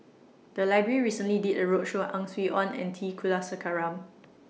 The Library recently did A roadshow on Ang Swee Aun and T Kulasekaram